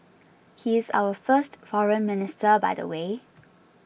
he is our first Foreign Minister by the way